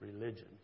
religion